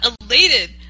elated